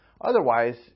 Otherwise